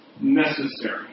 necessary